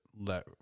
let